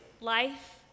life